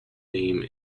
name